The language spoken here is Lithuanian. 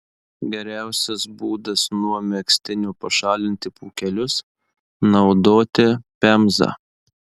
geriausias būdas nuo megztinio pašalinti pūkelius naudoti pemzą